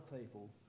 people